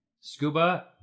SCUBA